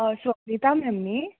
हय स्वोप्निता मॅम न्ही